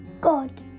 God